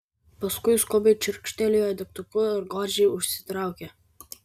paskui skubiai čirkštelėjo degtuku ir godžiai užsitraukė